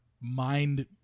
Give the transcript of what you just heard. mind